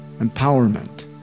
empowerment